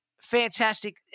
fantastic